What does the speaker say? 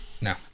No